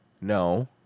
No